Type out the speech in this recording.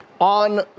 On